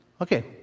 Okay